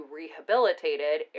rehabilitated